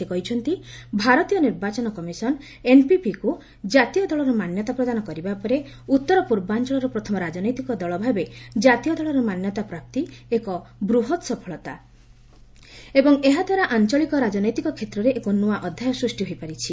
ସେ କହିଛନ୍ତି ଭାରତୀୟ ନିର୍ବାଚନ କମିଶନ୍ ଏନ୍ପିପିକୁ ଜାତୀୟ ଦଳର ମାନ୍ୟତା ପ୍ରଦାନ କରିବା ପରେ ଉତ୍ତର ପୂର୍ବାଞ୍ଚଳର ପ୍ରଥମ ରାଜନୈତିକ ଦଳ ଭାବେ ଜାତୀୟ ଦଳର ମାନ୍ୟତା ପ୍ରାପ୍ତି ଏକ ବୃହତ୍ ସଫଳତା ଏବଂ ଏହାଦ୍ୱାରା ଆଞ୍ଚଳିକ ରାଜନୈତିକ କ୍ଷେତ୍ରରେ ଏକ ନୂଆ ଅଧ୍ୟାୟ ସୃଷ୍ଟି ହୋଇ ପାରିଛି